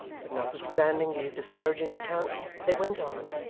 but notwithstanding these discouraging accounts they went on,